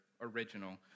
original